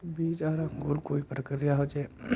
बीज आर अंकूर कई प्रकार होचे?